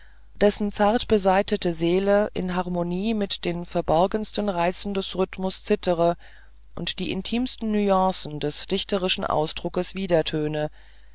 dessen zartbesaitete seele in harmonie mit den verborgensten reizen des rhythmus zittere und die intimsten nuancen des dichterischen ausdruckes